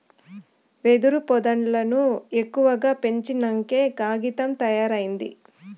వెదురు పొదల్లను ఎక్కువగా పెంచినంకే కాగితం తయారైంది